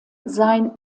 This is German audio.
sein